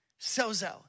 Sozo